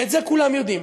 ואת זה כולם יודעים.